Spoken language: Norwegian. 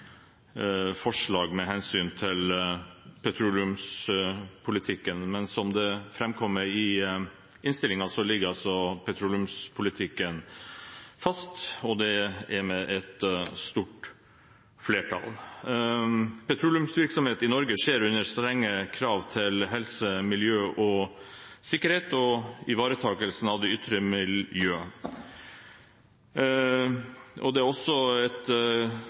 forslag med hensyn til petroleumspolitikken, men som det framkommer i innstillingen, ligger altså petroleumspolitikken fast, og det er med et stort flertall. Petroleumsvirksomhet i Norge skjer under strenge krav til helse, miljø og sikkerhet og ivaretakelse av de ytre miljøer. Det er også et